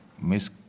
miss